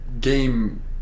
game